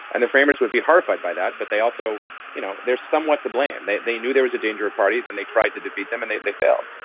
and the framers would be horrified by that. but they also you know there's somewhat to blame. they they knew there was a danger of parties and they tried to defeat them and they they failed